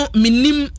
minim